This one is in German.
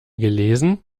gelesen